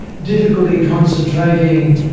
difficulty concentrating,